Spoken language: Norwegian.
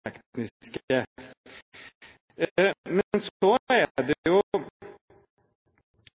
Men for kraftverk som er